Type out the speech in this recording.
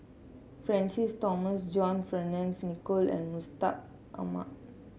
Francis Thomas John Fearns Nicoll and Mustaq Ahmad